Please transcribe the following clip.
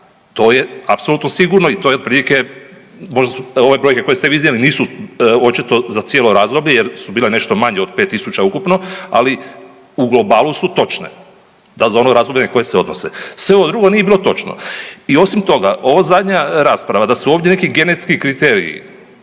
To je apsolutno sigurno i to je otprilike, ove brojke koje ste vi iznijeli nisu očito za cijelo razdoblje jer su bile nešto manje od 5000 ukupno, ali u globalu su točne, da za ono razdoblje koje se odnose, sve ovo drugo nije bilo točno. I osim toga, ova zadnja rasprava, da su ovdje neki genetski kriteriji